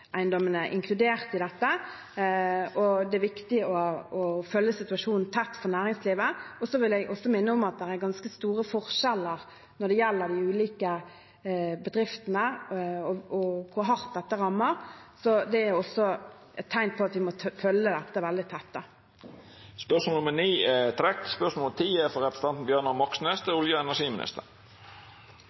Det er viktig å følge situasjonen for næringslivet tett. Jeg vil også minne om at det er ganske store forskjeller når det gjelder de ulike bedriftene, og hvor hardt dette rammer. Det er også et tegn på at vi må følge dette veldig tett. Dette spørsmålet er trekt tilbake. «Hvor stor del av kapasiteten på North Sea Link blir benyttet per dags dato, og